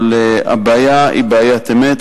אבל הבעיה היא בעיית אמת,